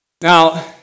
Now